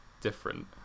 different